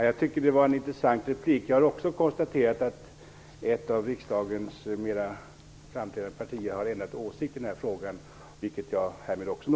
Fru talman! Det var en intressant replik. Också jag har konstaterat, och noterar härmed, att ett av riksdagens mer framträdande partier har ändrat åsikt i den här frågan.